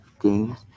games